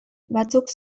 batzuk